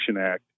Act